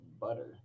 butter